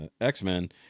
X-Men